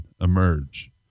emerge